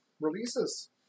releases